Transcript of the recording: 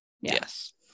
yes